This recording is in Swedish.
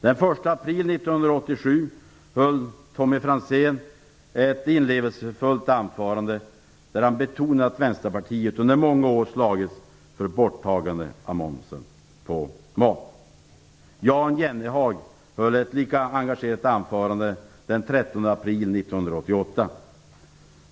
Den 1 april 1987 höll Tommy Franzén ett inlevelsefullt anförande där han betonade att Vänsterpartiet under många år slagits för borttagande av momsen på mat. Jan Jennehag höll ett lika engagerat anförande den 30 april 1988.